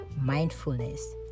mindfulness